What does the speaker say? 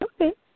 Okay